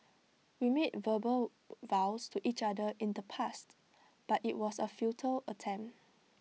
we made verbal vows to each other in the past but IT was A futile attempt